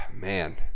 Man